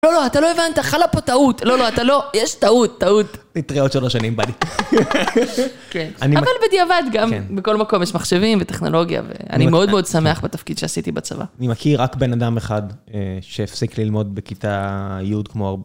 לא, לא, אתה לא הבנת, חלה פה טעות, לא, לא, אתה לא, יש טעות, טעות. נתראה עוד שלוש שנים, בי. כן. אבל בדיעבד גם, בכל מקום יש מחשבים וטכנולוגיה, ואני מאוד מאוד שמח בתפקיד שעשיתי בצבא. אני מכיר רק בן אדם אחד שהפסיק ללמוד בכיתה י' כמו...